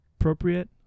appropriate